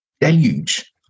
deluge